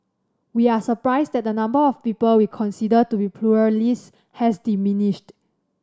we are surprised that the number of people we consider to be pluralists has diminished